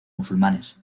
musulmanes